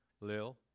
Lil